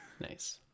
Nice